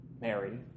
Mary